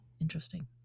interesting